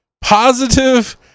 positive